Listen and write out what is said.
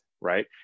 right